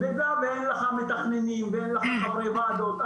במידה ואין לך מתכננים ואין לך חברי ועדות,